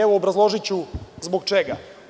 Evo, obrazložiću zbog čega.